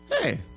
hey